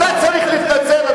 אתה צריך להתנצל.